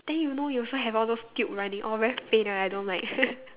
then you know you also have all those tube running all very pain right I don't like